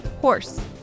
Horse